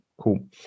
cool